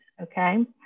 okay